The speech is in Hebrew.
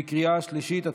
בקריאה השלישית.